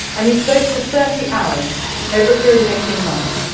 and he spoke for thirty hours over a period of eighteen months,